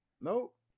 Nope